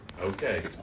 Okay